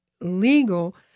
legal